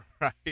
Right